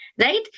Right